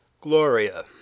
Gloria